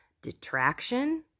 detraction